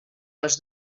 les